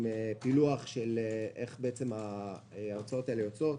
עם פילוח איך ההוצאות האלה יוצאות.